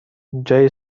جای